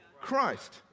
Christ